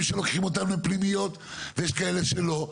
שלוקחים אותם לפנימיות ויש כאלה שלא.